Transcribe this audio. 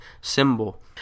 Symbol